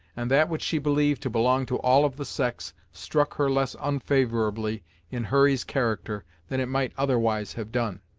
and that which she believed to belong to all of the sex struck her less unfavorably in hurry's character than it might otherwise have done.